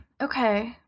Okay